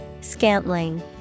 Scantling